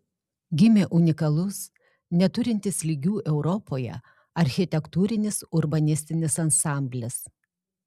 gimė unikalus neturintis lygių europoje architektūrinis urbanistinis ansamblis